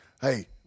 Hey